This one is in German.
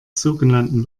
sogenannten